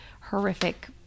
horrific